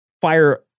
fire